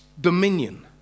dominion